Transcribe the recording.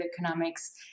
economics